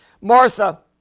Martha